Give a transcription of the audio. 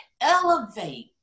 elevate